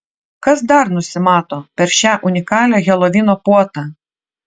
kas dar nusimato per šią unikalią helovino puotą